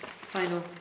final